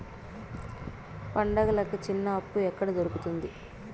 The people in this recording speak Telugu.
పండుగలకి చిన్న అప్పు ఎక్కడ దొరుకుతుంది